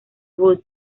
road